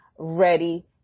ready